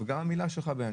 ונצביע עליה.